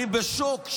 אני בשוק.